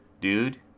dude